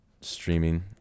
streaming